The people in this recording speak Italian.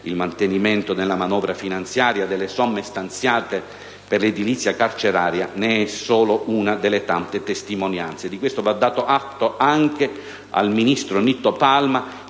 Il mantenimento nella manovra finanziaria delle somme stanziate per l'edilizia carceraria ne è solo una testimonianza. E di questo va dato atto anche all'impegno del ministro Palma